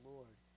Lord